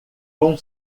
com